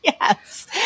Yes